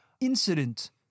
incident